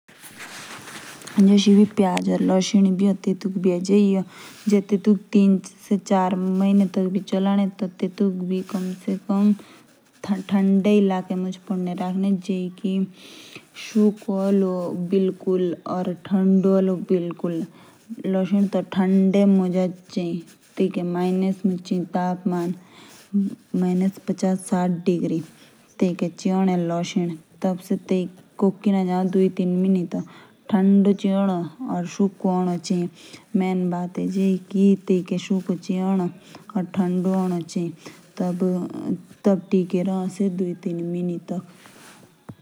एबि प्याज़ या लैशिन तेतके बी एज़ा हाय ए। जे ते तूक लाम्बे समय टीके बी राखने। तबे तेतुक ठन्डे जग़ह मुच पडने रखने। ताकी से ख़राब ना ए।